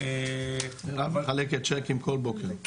מירב מחלקת צ'קים כל בוקר.